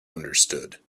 understood